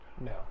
No